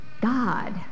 God